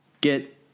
get